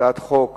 הצעת חוק